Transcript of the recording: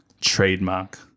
trademark